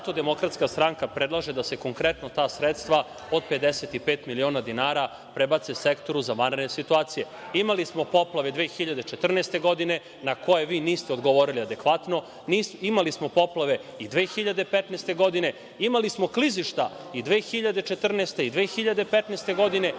Srbije. Zato DS predlaže da se konkretno ta sredstva od 55 miliona dinara prebace Sektoru za vanredne situacije. Imali smo poplave i 2014. godine, na koje vi niste adekvatno odgovorili, imali smo poplave i 2015. godine, imali smo klizišta i 2014. i 2015. godine,